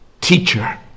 teacher